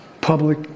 ...public